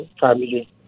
family